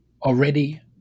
already